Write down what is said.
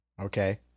Okay